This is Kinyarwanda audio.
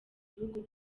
bihugu